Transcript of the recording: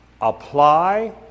apply